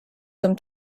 zum